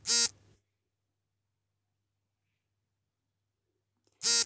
ನನಗೆ credit card ಅನ್ನು ಬ್ಯಾಂಕಿನವರು ಕೊಡುವಾಗ ಏನಾದರೂ ಗೌಪ್ಯ ಶುಲ್ಕವನ್ನು ವಿಧಿಸುವರೇ?